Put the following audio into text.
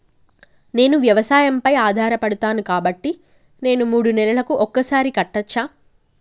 నేను వ్యవసాయం పై ఆధారపడతాను కాబట్టి నేను మూడు నెలలకు ఒక్కసారి కట్టచ్చా?